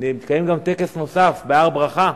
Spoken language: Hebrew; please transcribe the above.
מתקיים גם טקס נוסף בהר-ברכה,